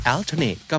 Alternate